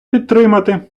підтримати